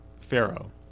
Pharaoh